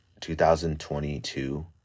2022